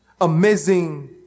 amazing